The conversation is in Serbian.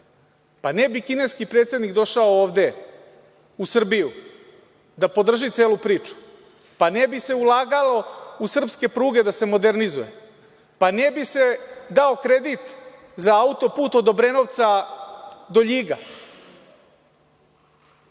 Pa, ne bi kineski predsednik došao ovde u Srbiju da podrži celu priču. Ne bi se ulagalo u srpske pruge da se modernizuje. Ne bi se dao kredit za autoput od Obrenovca do Ljiga